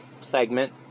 segment